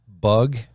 bug